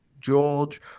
George